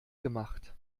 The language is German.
gemacht